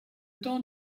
temps